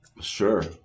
sure